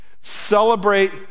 Celebrate